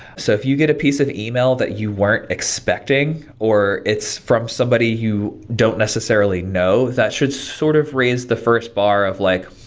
so if you get a piece of e-mail that you weren't expecting, or it's from somebody you don't necessarily know, that should sort of raise the first bar of like,